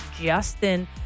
Justin